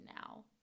now